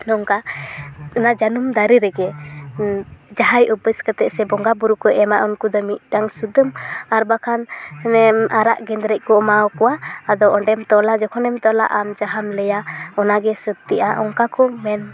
ᱱᱚᱝᱠᱟ ᱚᱱᱟ ᱡᱟᱹᱱᱩᱢ ᱫᱟᱨᱮ ᱨᱮᱜᱮ ᱡᱟᱦᱟᱭ ᱩᱯᱟᱹᱥ ᱠᱟᱛᱮ ᱥᱮ ᱵᱚᱸᱜᱟ ᱵᱩᱨᱩ ᱠᱚ ᱮᱢᱟ ᱩᱱᱠᱩ ᱫᱚ ᱢᱤᱫᱴᱟᱝ ᱥᱩᱛᱟᱹᱢ ᱟᱨ ᱵᱟᱠᱷᱟᱱ ᱚᱱᱮ ᱟᱨᱟᱜ ᱜᱮᱫᱨᱮᱡᱽ ᱠᱚ ᱮᱢᱟ ᱟᱠᱚᱣᱟ ᱟᱫᱚ ᱚᱸᱰᱮᱢ ᱛᱚᱞᱟ ᱡᱚᱠᱷᱚᱱᱮᱢ ᱛᱚᱞᱟ ᱟᱢ ᱡᱟᱦᱟᱸᱢ ᱞᱟᱹᱭᱟ ᱚᱢᱟ ᱜᱮ ᱥᱚᱛᱤᱜᱼᱟ ᱚᱱᱠᱟ ᱠᱚ ᱢᱮᱱ